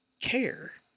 care